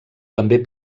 també